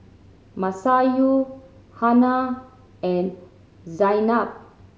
Masayu Hana and Zaynab